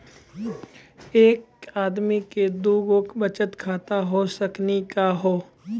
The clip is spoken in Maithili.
एके आदमी के दू गो बचत खाता हो सकनी का हो?